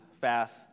fast